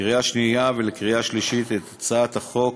לקריאה שנייה ולקריאה שלישית את הצעת חוק